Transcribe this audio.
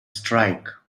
strike